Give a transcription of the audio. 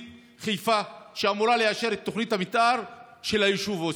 חיפה שאמורה לאשר את תוכנית המתאר של היישוב עוספיא.